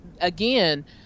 again